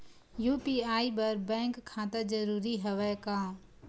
UPI बर bank खाता जरूरी हवय का?